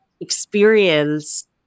experience